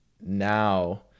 now